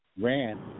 ran